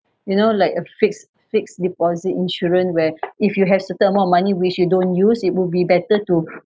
you know like a fixed fixed deposit insurance where if you have certain amount of money which you don't use it will be better to